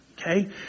okay